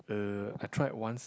uh I tried once